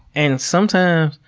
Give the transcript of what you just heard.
and sometimes